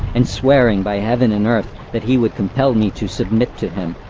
and swearing by heaven and earth that he would compel me to submit to him.